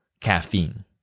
caffeine